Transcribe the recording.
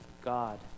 God